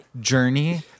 Journey